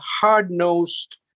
hard-nosed